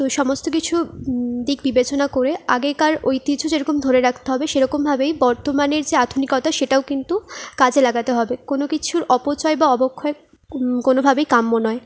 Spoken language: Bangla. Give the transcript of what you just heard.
তো সমস্ত কিছু দিক বিবেচনা করে আগেকার ঐতিহ্য যেরকম ধরে রাখতে হবে সেরকমভাবেই বর্ধমানের যে আধুনিকতা সেটাও কিন্তু কাজে লাগাতে হবে কোনো কিছুর অপচয় বা অবক্ষয় কোনোভাবেই কাম্য নয়